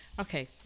Okay